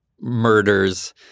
murders –